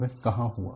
यह कहां हुआ